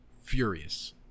furious